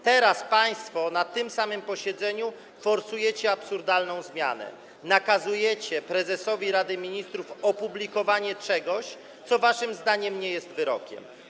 Teraz państwo na tym samym posiedzeniu forsujecie absurdalną zmianę: nakazujecie prezesowi Rady Ministrów opublikowanie czegoś, co waszym zdaniem nie jest wyrokiem.